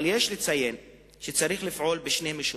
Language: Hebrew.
אבל צריך לפעול בשני מישורים.